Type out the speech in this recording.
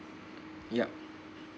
yup